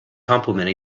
complement